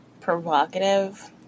provocative